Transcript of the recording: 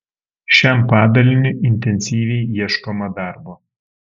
šiam padaliniui intensyviai ieškoma darbo